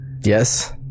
Yes